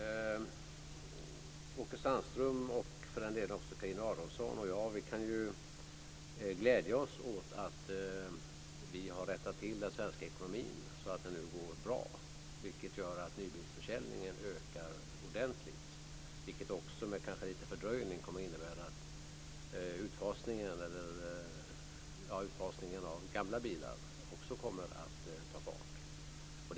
Fru talman! Åke Sandström och, för den delen, också Carina Adolfsson och jag kan glädja oss åt att vi har rättat till den svenska ekonomin, så att det nu går bra. Det gör att nybilsförsäljningen nu ökar ordentligt, vilket också, men kanske med lite fördröjning, kommer att innebära att utfasningen av gamla bilar också kommer att ta fart.